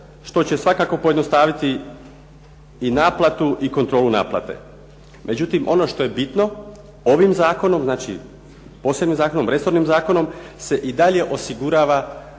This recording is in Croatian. što će svakako pojednostaviti i naplatu i kontrolu naplate. Međutim ono što je bitno, ovim zakonom, znači posebnim zakonom, resornim zakonom se i dalje osigurava